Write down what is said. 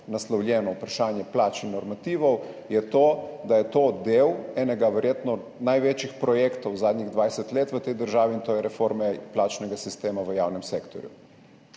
naslovljeno vprašanje plač in normativov, je to, da je to del verjetno enega največjih projektov zadnjih 20 let v tej državi, in to je reforme plačnega sistema v javnem sektorju.